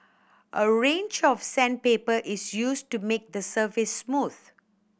a range of sandpaper is used to make the surface smooth